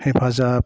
हेफाजाब